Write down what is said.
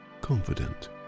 confident